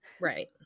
Right